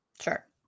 Sure